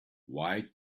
why